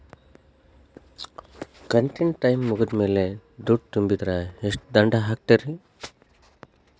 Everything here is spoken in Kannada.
ಕಂತಿನ ಟೈಮ್ ಮುಗಿದ ಮ್ಯಾಲ್ ದುಡ್ಡು ತುಂಬಿದ್ರ, ಎಷ್ಟ ದಂಡ ಹಾಕ್ತೇರಿ?